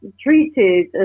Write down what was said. treated